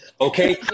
Okay